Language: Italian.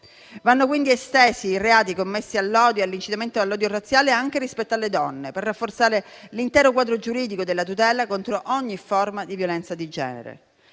Vanno quindi estesi i reati connessi all'odio e all'incitamento all'odio razziale anche rispetto alle donne, per rafforzare l'intero quadro giuridico della tutela contro ogni forma di violenza di genere.